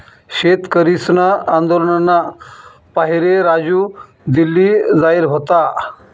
शेतकरीसना आंदोलनना पाहिरे राजू दिल्ली जायेल व्हता